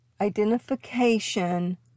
identification